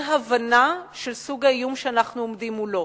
הבנה של סוג האיום שאנחנו עומדים מולו.